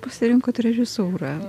pasirinkot režisūrą